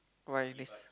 why you this